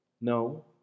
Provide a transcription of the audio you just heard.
no